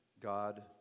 God